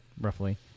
roughly